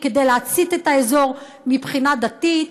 כדי להצית את האזור מבחינה דתית,